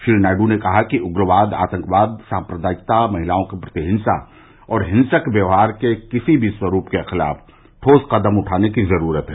श्री नायडू ने कहा कि उग्रवाद आतंकवाद साम्प्रदायिकता महिलाओं के प्रति हिंसा और हिंसक व्यवहार के किसी भी स्वरूप के खिलाफ़ ठोस कदम उठाने की जरूरत है